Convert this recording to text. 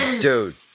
Dude